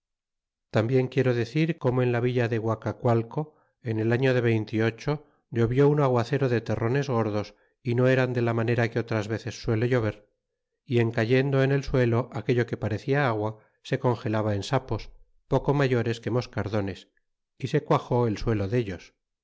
tambien quiero decir corno en la villa de guaeacualco en el arlo de ventiocho llovió un aguacero de terrones gordos y no eran de la manera que otras veces suele llover é en cayendo en el suelo aquello que parecia agua se congelaba en sapos poco mayores que moscarrones y se quaxó el suelo dellos